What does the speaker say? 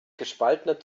gespaltener